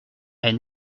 est